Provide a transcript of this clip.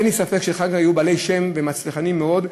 ואין לי ספק שאחר כך הם יהיו בעלי שם ומצליחנים מאוד,